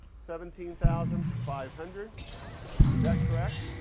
seventeen thousand five hundred is that correct?